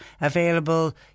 available